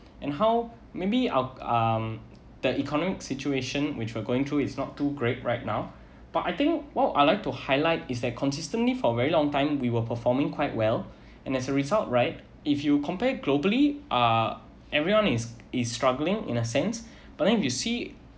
and how maybe ou~ um the economic situation which we're going through is not too great right now but I think what I like to highlight is that consistently for very long time we were performing quite well and as a result right if you compare globally uh everyone is is struggling in a sense but then you see